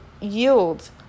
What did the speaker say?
yields